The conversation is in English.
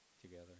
together